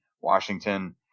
Washington